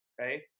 Okay